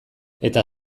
eta